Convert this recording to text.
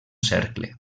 cercle